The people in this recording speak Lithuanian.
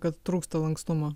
kad trūksta lankstumo